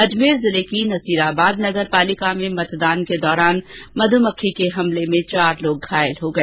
अजमेर जिले की नसीराबाद नगरपालिका में मतदान के दौरान मध्मक्खी के हमले में चार लोग घायल हो गए